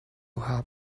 have